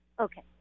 Okay